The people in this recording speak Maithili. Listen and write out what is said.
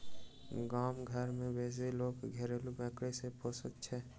गाम घर मे बेसी लोक घरेलू बकरी के पोसैत छै